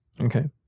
Okay